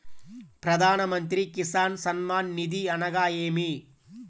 ప్రధాన మంత్రి కిసాన్ సన్మాన్ నిధి అనగా ఏమి?